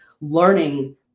learning